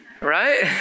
Right